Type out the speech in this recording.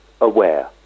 aware